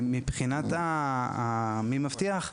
מבחינת מי מבטיח,